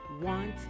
want